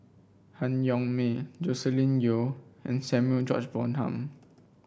Han Yong May Joscelin Yeo and Samuel George Bonham